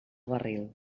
barril